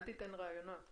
אל תיתן רעיונות.